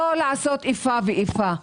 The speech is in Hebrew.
לא לעשות איפה ואיפה.